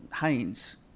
Haynes